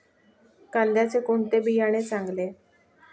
कांद्याचे कोणते बियाणे चांगले?